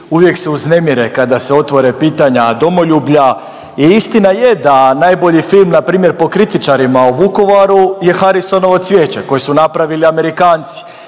uvijek se uznemire kada se otvore pitanja domoljublja i istina je da najbolji film na primjer po kritičarima o Vukovaru je Harisonovo cvijeće koje su napravili Amerikanci.